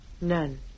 None